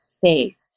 faith